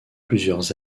plusieurs